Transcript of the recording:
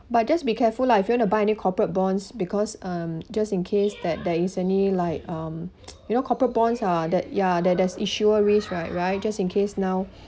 but just be careful lah if you wanna buy any corporate bonds because um just in case that there is any like um you know corporate bonds uh that ya there there's issuer risk right right just in case now